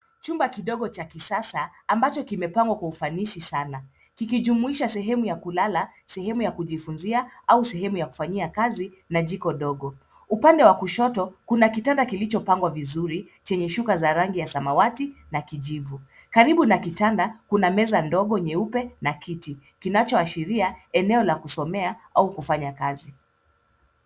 Chumba kidogo cha kisasa ambacho kimepangwa kwa ufanisi sana; kikijumuisha sehemu ya kulala, sehemu ya kujifunzia au sehemu ya kufanyia kazi na jiko ndogo. Upande wa kushoto, kuna kitanda kilichopangwa vizuri chenye shuka za rangi ya samawati na kijivu. Karibu na kitanda kuna meza ndogo, nyeupe na kiti, kinachoashiria eneo la kusomea au kufanya kazi.